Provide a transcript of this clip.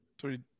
Sorry